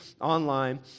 online